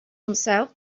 himself